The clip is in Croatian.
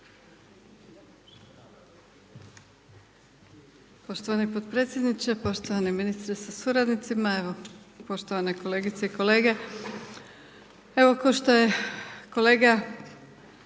Poštovani potpredsjedniče, poštovani ministre sa suradnicima, evo poštovane kolegice i kolege. Evo kao što je kolega